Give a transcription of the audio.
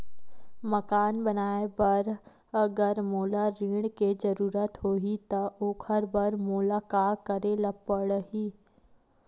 मकान बनाये बर अगर मोला ऋण के जरूरत होही त ओखर बर मोला का करे ल पड़हि?